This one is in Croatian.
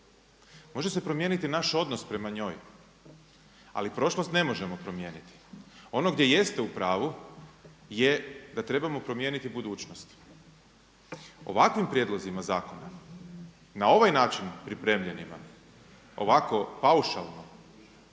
Može se promijeniti naš odnos prema njoj, ali prošlost ne možemo promijeniti. Ono gdje jeste u pravu je da trebamo promijeniti budućnost. Ovakvim prijedlozima zakona, na ovaj način pripremljenima, ovako paušalno,